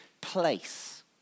place